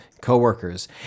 coworkers